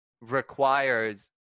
requires